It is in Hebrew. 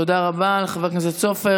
תודה רבה לחבר הכנסת סופר.